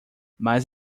mas